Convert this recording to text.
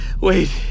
Wait